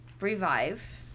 revive